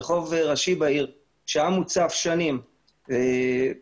רחוב ראשי בעיר שהיה שנים מוצף ברמה